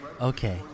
Okay